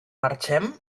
marxem